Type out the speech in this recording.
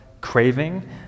craving